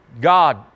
God